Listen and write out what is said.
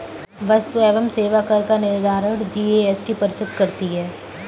वस्तु एवं सेवा कर का निर्धारण जीएसटी परिषद करती है